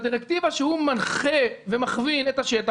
בדירקטיבה שהוא מנחה ומכווין את השטח,